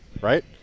right